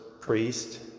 priest